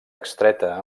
extreta